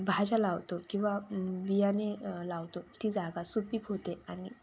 भाज्या लावतो किंवा बियाणे लावतो ती जागा सुपीक होते आणि